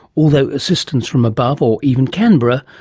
although assistance from above, or even canberra,